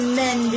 men